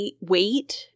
wait